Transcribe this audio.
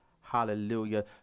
Hallelujah